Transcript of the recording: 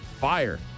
fire